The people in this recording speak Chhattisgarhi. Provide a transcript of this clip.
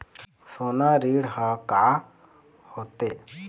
सोना ऋण हा का होते?